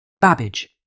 Babbage